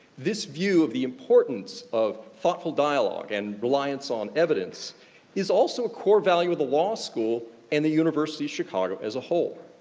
this view of the importance of thoughtful dialogue and reliance on evidence is also a core value of the law school and the university of chicago, as a whole.